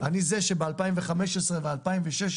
אני זה שב-2015 ו-2016,